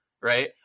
right